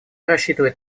рассчитывает